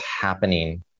happening